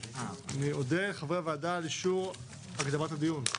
אני אודה לחברי הוועדה על אישור הקדמת הדיון.